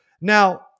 Now